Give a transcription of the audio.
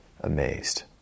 amazed